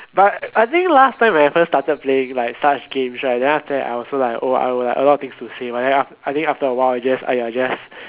but I think last time when I first started playing like such games right then after that I was like oh I will like a lot of things to say but then aft~ I think after a while you just !aiya! just